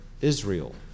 Israel